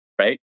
right